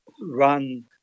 run